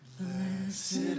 Blessed